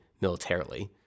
militarily